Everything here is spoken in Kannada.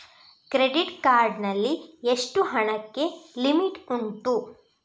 ಕ್ರೆಡಿಟ್ ಕಾರ್ಡ್ ನಲ್ಲಿ ಎಷ್ಟು ಹಣಕ್ಕೆ ಲಿಮಿಟ್ ಉಂಟು?